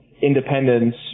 independence